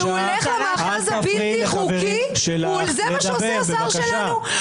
הוא הולך למאחז הבלתי חוקי, זה מה שעושה השר שלנו?